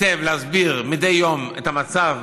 היטב מסביר מדי יום את המצב